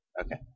Okay